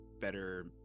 better